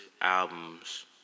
albums